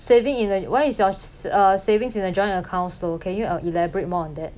saving in a why is your s~ uh savings in a joint account so can you uh elaborate more on that